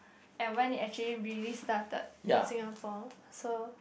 and when it actually really started in Singapore so